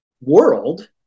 world